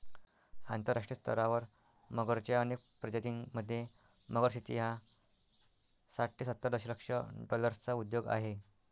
आंतरराष्ट्रीय स्तरावर मगरच्या अनेक प्रजातीं मध्ये, मगर शेती हा साठ ते सत्तर दशलक्ष डॉलर्सचा उद्योग आहे